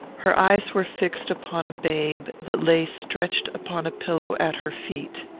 her eyes were fixed upon a babe that lay stretched upon a pillow at her feet.